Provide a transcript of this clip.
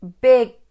big